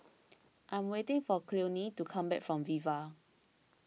I'm waiting for Cleone to come back from Viva